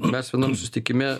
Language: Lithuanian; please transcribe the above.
mes vienam susitikime